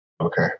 okay